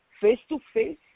face-to-face